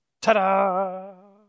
Ta-da